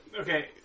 Okay